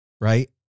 right